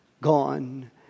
gone